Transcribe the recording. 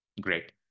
Great